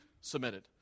submitted